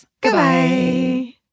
Goodbye